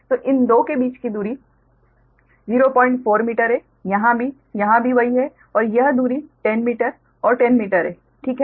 तो इन 2 के बीच दूरी 04 मीटर है यहाँ भी यहाँ भी वही है और यह दूरी 10 मीटर और 10 मीटर है ठीक है